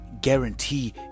guarantee